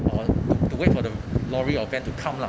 or to to wait for the lorry or van to come lah